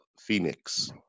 Phoenix